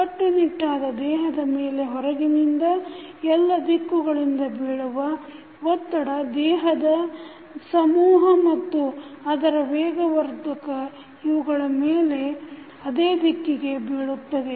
ಕಟ್ಟುನಿಟ್ಟಾದ ದೇಹದ ಮೇಲೆ ಹೊರಗಿನಿಂದ ಎಲ್ಲ ದಿಕ್ಕುಗಳಿಂದ ಬೀಳುವ ಒತ್ತಡ ದೇಹದ ಸಮೂಹ ಮತ್ತು ಅದರ ವೇಗವರ್ಧಕ ಇವುಗಳ ಮೇಲೆ ಅದೇ ದಿಕ್ಕಿಗೆ ಬೀಳುತ್ತದೆ